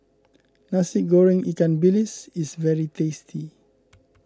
Nasi Goreng Ikan Bilis is very tasty